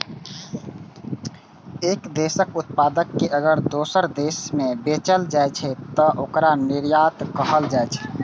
एक देशक उत्पाद कें अगर दोसर देश मे बेचल जाइ छै, तं ओकरा निर्यात कहल जाइ छै